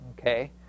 okay